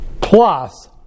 plus